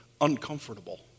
uncomfortable